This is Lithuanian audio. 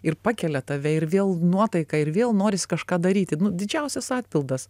ir pakelia tave ir vėl nuotaika ir vėl norisi kažką daryti nu didžiausias atpildas